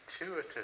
intuitive